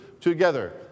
together